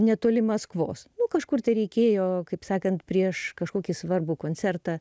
netoli maskvos nu kažkur tai reikėjo kaip sakant prieš kažkokį svarbų koncertą